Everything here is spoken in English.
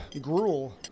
gruel